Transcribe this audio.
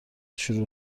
شروع